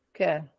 Okay